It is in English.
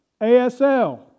ASL